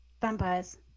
Vampires